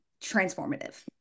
transformative